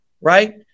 right